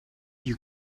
you